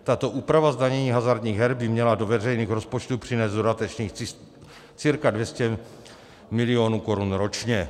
Tato úprava zdanění hazardních her by měla do veřejných rozpočtů přinést dodatečných cca 200 milionů korun ročně.